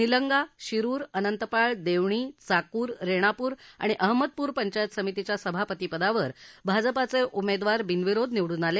निलंगा शिरुर अनंतपाळ देवणी चाकूर रेणापूर आणि अहमदपूर पंचायत समितीच्या सभापती पदावर भाजपाचे उमेदवार बिनविरोध निवडून आले